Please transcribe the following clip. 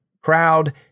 crowd